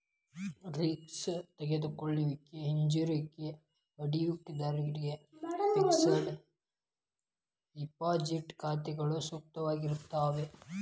risk ತೆಗೆದುಕೊಳ್ಳಿಕ್ಕೆ ಹಿಂಜರಿಯೋ ಹೂಡಿಕಿದಾರ್ರಿಗೆ ಫಿಕ್ಸೆಡ್ ಡೆಪಾಸಿಟ್ ಖಾತಾಗಳು ಸೂಕ್ತವಾಗಿರ್ತಾವ